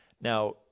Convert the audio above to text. Now